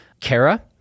Kara